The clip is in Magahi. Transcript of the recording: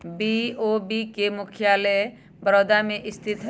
बी.ओ.बी के मुख्यालय बड़ोदरा में स्थित हइ